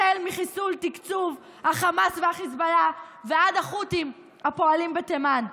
החל מחיסול תקצוב החמאס והחיזבאללה ועד החות'ים הפועלים בתימן.